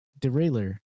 derailleur